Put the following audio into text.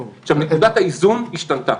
עכשיו, נקודת האיזון השתנתה.